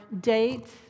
dates